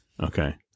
okay